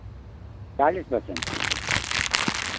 चालीस पर्सेंट की अच्छा